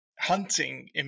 hunting